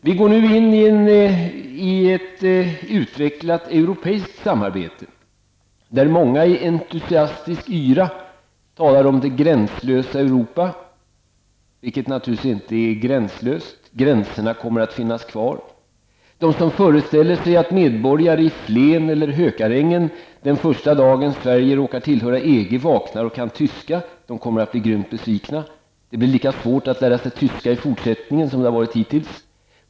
Vi går nu in i ett utvecklat europeiskt samarbete, där många i entusiastisk yra talar om det gränslösa Europa, vilket naturligtvis inte är gränslöst. Gränserna kommer att finnas kvar. De som föreställer sig att medborgare i Flen eller Hökarängen redan när de vaknar den första morgonen efter Sveriges inträde i EG kommer att kunna tyska kommer att bli grymt besvikna. Det blir lika svårt att lära sig tyska i fortsättningen som det har varit hittills.